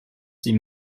sie